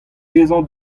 dezhañ